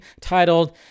titled